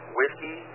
Whiskey